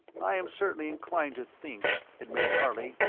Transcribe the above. i am certainly inclined to think, admitted harley,